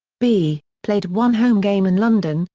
b played one home game in london,